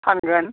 फानगोन